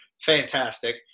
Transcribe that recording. fantastic